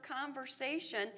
conversation